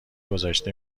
گذاشته